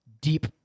deep